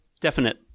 definite